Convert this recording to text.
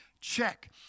Check